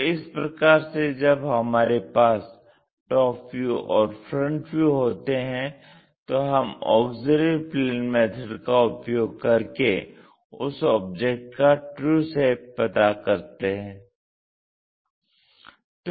तो इस प्रकार से जब हमारे पास टॉप व्यू और फ्रंट व्यू होते हैं तो हम ऑक्सिलियरी प्लेन मेथड का उपयोग कर के उस ऑब्जेक्ट का ट्रू शेप पता कर सकते हैं